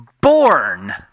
born